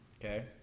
Okay